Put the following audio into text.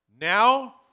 Now